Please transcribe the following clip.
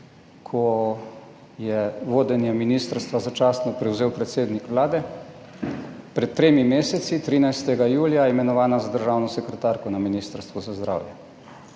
ko je vodenje ministrstva začasno prevzel predsednik vlade pred tremi meseci, 13. julija imenovana za državno sekretarko na ministrstvu za zdravje.